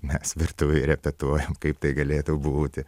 mes virtuvėj repetuojam kaip tai galėtų būti